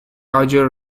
larger